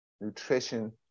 nutrition